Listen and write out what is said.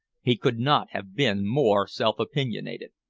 he could not have been more self-opinionated.